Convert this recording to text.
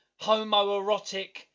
homoerotic